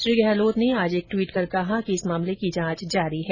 श्री गहलोत ने आज एक ट्वीट कर कहा कि इस मामले की जांच जारी है